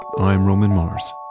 i'm roman mars